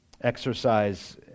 exercise